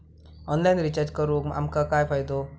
Online recharge करून आमका काय फायदो?